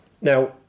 Now